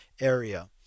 area